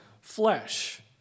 flesh